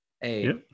Hey